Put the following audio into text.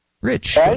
Rich